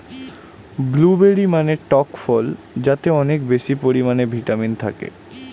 blueberry মানে টক ফল যাতে অনেক বেশি পরিমাণে ভিটামিন থাকে